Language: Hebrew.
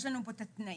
יש לנו פה את התנאים,